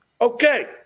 Okay